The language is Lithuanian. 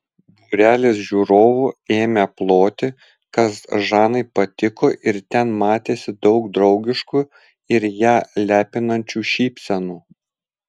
būrelis žiūrovų ėmė ploti kas žanai patiko ir ten matėsi daug draugiškų ir ją lepinančių šypsenų